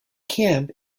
camp